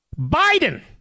Biden